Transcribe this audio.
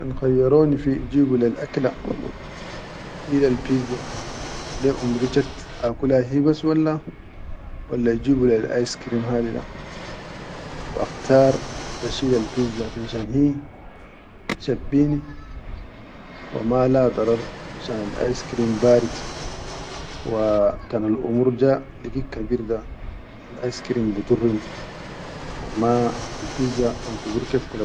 Kan kayyaroni fi ijibu lel akila hilal pizza le umari chat akula hibas walla walla ijibu leyi askirin da, bakhtar ba shilal pizza finshan hi tashabʼini wa ma la darad finshan al askirin barit wa kan umurul ja, ligit kabir da al askirin bi durni amma al pizza kan kubur ke.